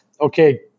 okay